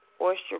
oyster